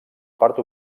part